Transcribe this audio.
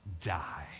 die